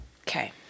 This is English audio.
Okay